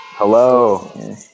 Hello